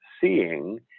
seeing